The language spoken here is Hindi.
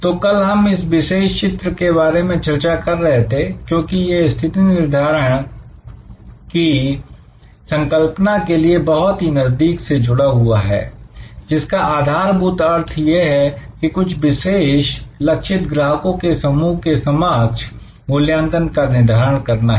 तो कल हम इस विशेष चित्र के बारे में चर्चा कर रहे थे क्योंकि यह स्थिति निर्धारण की संकल्पना के लिए बहुत ही नजदीक से जुड़ा हुआ है जिसका आधारभूत अर्थ यह है कि कुछ विशेष लक्षित ग्राहकों के समूह के समक्ष मूल्यांकन का निर्धारण करना है